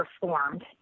performed